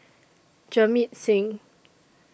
Jamit Singh